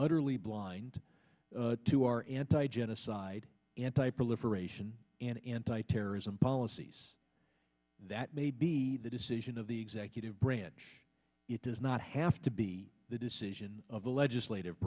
utterly blind to our anti genocide anti proliferation and anti terrorism policies that may be the decision of the executive branch it does not have to be the decision of the legislative